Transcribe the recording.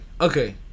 Okay